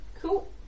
cool